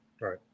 Right